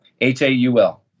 H-A-U-L